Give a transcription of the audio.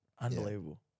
Unbelievable